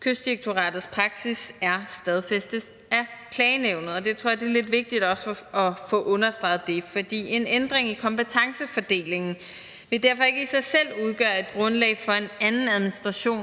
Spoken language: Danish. Kystdirektoratets praksis er stadfæstet af klagenævnet, og det tror jeg er lidt vigtigt også at få understreget. En ændring i kompetencefordelingen vil derfor ikke i sig selv udgøre et grundlag for en anden administration